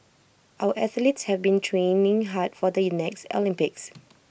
our athletes have been training hard for the next Olympics